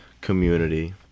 community